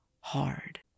hard